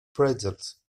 pretzels